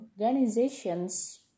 organization's